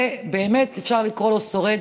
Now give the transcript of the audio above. ובאמת אפשר לקרוא לו שורד,